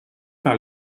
par